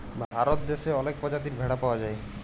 ভারত দ্যাশে অলেক পজাতির ভেড়া পাউয়া যায়